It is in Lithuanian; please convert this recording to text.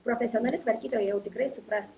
profesionali tvarkytoja jau tikrai supras